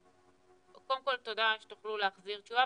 קודם כל תודה שתוכלו להחזיר תשובה,